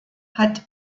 hat